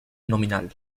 nominal